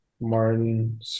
Martin